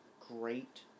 great